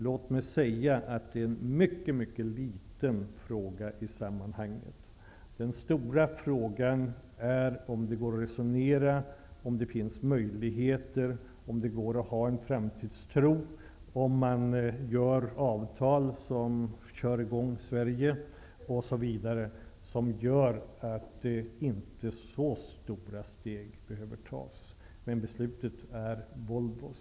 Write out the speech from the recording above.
Låt mig säga att det är en mycket liten fråga i sammanhanget. Den stora frågan är om det går att resonera, om det finns möjligheter, om man kan ha en framtidstro, om man kan träffa avtal som kör i gång Sverige, osv, och som gör att inte så stora steg behöver tas. Men beslutet är Volvos.